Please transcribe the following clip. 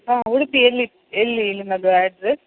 ಹಾಂ ಉಡುಪಿಯಲ್ಲಿ ಎಲ್ಲಿ ನಿಮ್ಮದು ಅಡ್ರೆಸ್